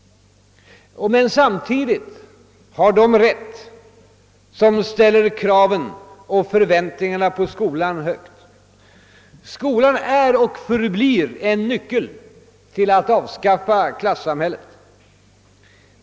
Men samtidigt har de rätt som ställer kraven och förväntningarna på skolan högt. Skolan är och förblir en nyckel till att avskaffa klassamhället.